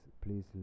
please